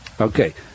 okay